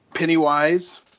Pennywise